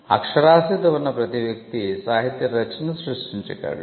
అక్షరాస్యత ఉన్న ప్రతి వ్యక్తి సాహిత్య రచనను సృష్టించగలడు